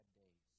days